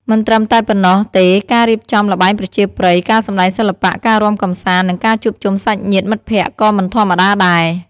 មិនត្រឹមតែប៉ុណ្ណោះទេការរៀបចំល្បែងប្រជាប្រិយ ការសម្ដែងសិល្បៈ ការរាំកម្សាន្ត និងការជួបជុំសាច់ញាតិមិត្តភក្តិក៏មិនធម្មតាដែរ ។